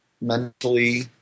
mentally